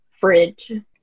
fridge